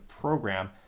program